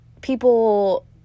people